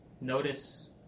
Notice